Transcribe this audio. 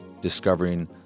discovering